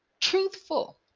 truthful